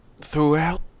throughout